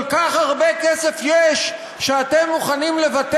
כל כך הרבה כסף יש שאתם מוכנים לוותר